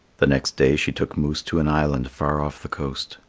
the next day she took moose to an island far off the coast.